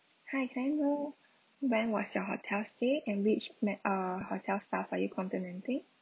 hi can I know when was your hotel stay and which me~ uh hotel staff are you complimenting